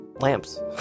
lamps